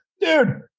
dude